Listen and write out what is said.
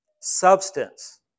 substance